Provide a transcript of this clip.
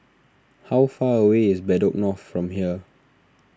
how far away is Bedok North from here